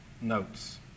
notes